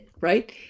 right